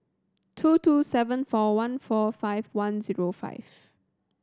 two two seven four one four five one zero five